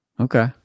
Okay